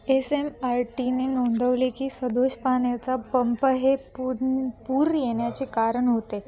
S M R टीने नोंदवले की सदोष पाण्याचा पंप हे पूर पूर येण्याचे कारण होते